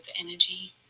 energy